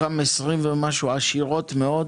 בסך של 68,803 אלפי ₪ בהתאם לפירוט הבא: